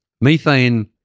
methane